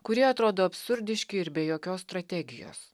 kurie atrodo absurdiški ir be jokios strategijos